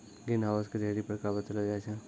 green house के ढ़ेरी प्रकार बतैलो जाय छै